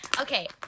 Okay